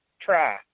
try